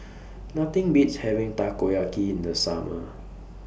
Nothing Beats having Takoyaki in The Summer